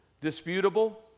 disputable